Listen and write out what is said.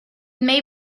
may